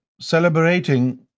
celebrating